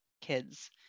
kids